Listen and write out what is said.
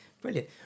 brilliant